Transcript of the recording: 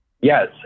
Yes